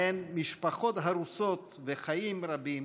הן משפחות הרוסות וחיים רבים